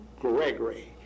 Gregory